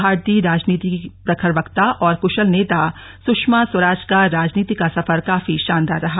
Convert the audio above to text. भारतीय राजनीति की प्रखर वक्ता और कुशल नेता सुषमा स्वराज का राजनीति का सफर काफी शानदार रहा